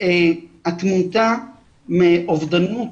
התמותה מאובדנות